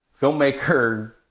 filmmaker